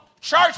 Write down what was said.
church